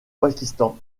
pakistan